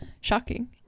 shocking